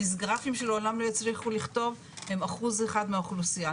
הדיסגרפים שלעולם לא יצליחו לכתוב הם 1% מהאוכלוסייה.